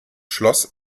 schloss